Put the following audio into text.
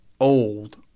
old